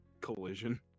collision